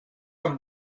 amb